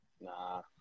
nah